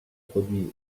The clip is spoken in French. produisent